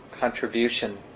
contribution